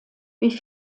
wie